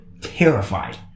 terrified